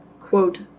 quote